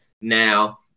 Now